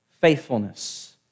faithfulness